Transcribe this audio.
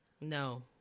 No